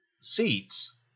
seats